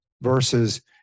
versus